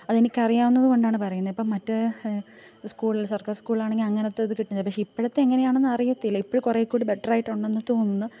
അതെനിക്ക് അറിയാവുന്നതു കൊണ്ടാണ് പറയുന്നത് ഇപ്പം മറ്റേ സ്കൂളിൽ സർക്കാർ സ്കൂളിലാണെങ്കിൽ അങ്ങനത്തെ ഇത് കിട്ടില്ല പക്ഷേ ഇപ്പോഴത്തെ എങ്ങനെയാണെന്ന് അറിയത്തില്ല ഇപ്പോൾ കുറെ കൂടി ബെറ്റർ ആയിട്ടുണ്ടെന്ന് തോന്നുന്നു